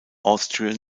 austrian